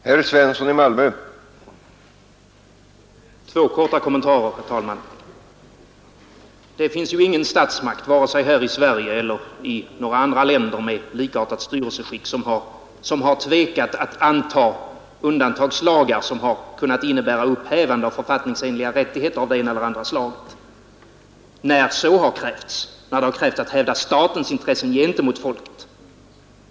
Herr talman! Två korta kommentarer! Det finns ingen statsmakt vare sig här i Sverige eller i några andra länder med likartade styrelseskick som tvekat att anta undantagslagar som kunnat innebära upphävande av författningsenliga rättigheter av det ena eller det andra slaget, när det har krävts att man skulle hävda statens intresse gentemot folkets.